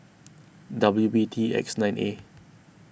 W B T X nine A